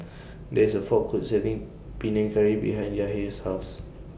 There IS A Food Court Selling Panang Curry behind Yahir's House